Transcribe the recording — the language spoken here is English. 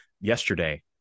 yesterday